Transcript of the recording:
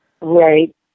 right